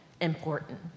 important